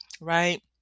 right